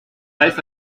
heißt